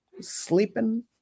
sleeping